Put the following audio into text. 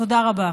תודה רבה.